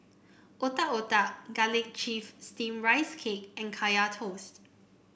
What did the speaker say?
Otak Otak Garlic Chives Steamed Rice Cake and Kaya Toast